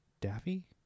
Daffy